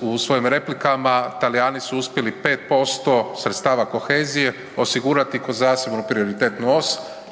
u svojim replika, Talijani su uspjeli 5% sredstava kohezije osigurati ko zasebnu prioritetnu os